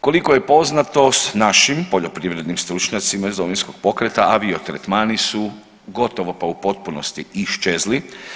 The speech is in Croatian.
Koliko je poznato s našim poljoprivrednim stručnjacima iz Domovinskog pokreta aviotretmani su gotovo pa u potpunosti iščezli.